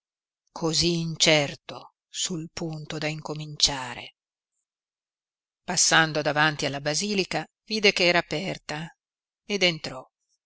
cosí incerto sul punto da incominciare passando davanti alla basilica vide ch'era aperta ed entrò